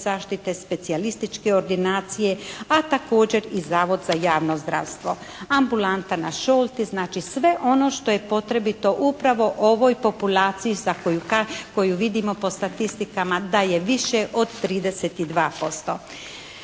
zaštite, specijalističke ordinacije a također i Zavod za javno zdravstvo. Ambulanta na Šolti znači sve ono što je potrebito upravo ovoj populaciji koju vidimo po statistikama, da je više od 32%.